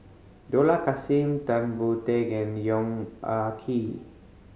Dollah Kassim Tan Boon Teik and Yong Ah Kee